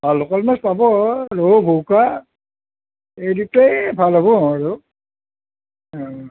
অঁ লোকেল মাছ পাব ৰৌ ভৌকা এই দুটাই ভাল হ'ব আৰু